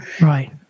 Right